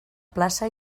plaça